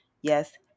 Yes